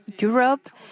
Europe